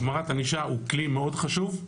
החמרת ענישה היא כלי מאוד חשוב,